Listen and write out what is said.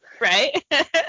Right